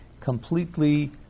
completely